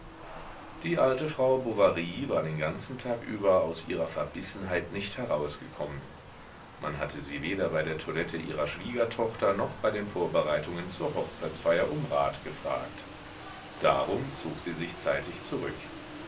die alte frau bovary war den ganzen tag über aus ihrer verbissenheit nicht herausgekommen man hatte sie weder bei der toilette ihrer schwiegertochter noch bei den vorbereitungen zur hochzeitsfeier um rat gefragt darum zog sie sich zeitig zurück